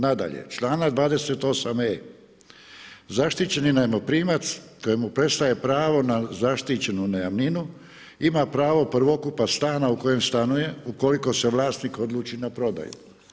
Nadalje, čl. 28.e. – Zaštićeni najmoprimac kojemu prestaje pravo na zaštićenu najamninu ima pravo prvokupa stana u kojem stanuje u koliko se vlasnik odluči na prodaju.